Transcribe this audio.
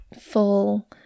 full